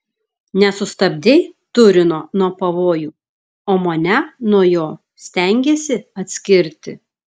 nesustabdei turino nuo pavojų o mane nuo jo stengiesi atskirti